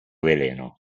veleno